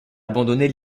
abandonner